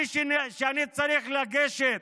אני, כשאני צריך לגשת